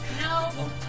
No